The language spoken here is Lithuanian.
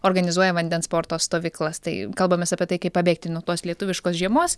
organizuoja vandens sporto stovyklas tai kalbamės apie tai kaip pabėgti nuo tos lietuviškos žiemos